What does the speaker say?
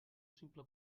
simple